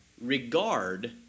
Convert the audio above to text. regard